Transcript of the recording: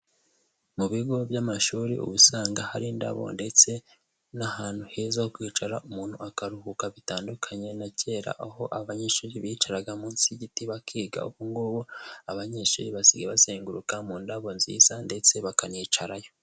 Mu bigo by'amashuri ubu usanga hari indabo, ndetse n'ahantu heza ho kwicara, umuntu akaruhuka bitandukanye na kera, aho abanyeshuri bicaraga munsi y'igiti bakiga, ubu ngubu abanyeshuri basigaye bazenguruka mu ndabo nziza ndetse bakanicarayo.